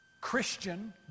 Christian